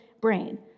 brain